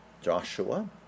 Joshua